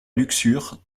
luxure